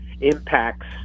impacts